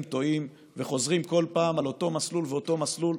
תועים וחוזרים כל פעם על אותו מסלול ואותו מסלול,